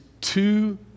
two